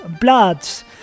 bloods